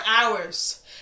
hours